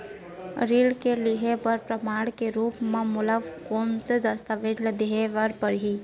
ऋण लिहे बर प्रमाण के रूप मा मोला कोन से दस्तावेज ला देखाय बर परही?